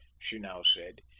she now said,